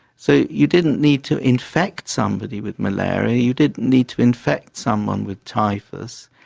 so you didn't need to infect somebody with malaria, you didn't need to infect someone with typhus,